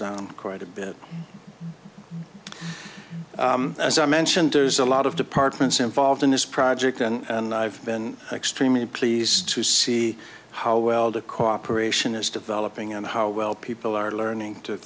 down quite a bit as i mentioned there's a lot of departments involved in this project and i've been extremely pleased to see how well the cooperation is developing and how well people are learning to